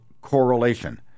correlation